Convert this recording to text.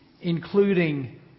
including